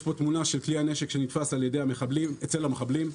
יש פה תמונה של כלי הנשק שנתפס אצל המחבלים.